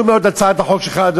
הצעת החוק שלך חשובה מאוד,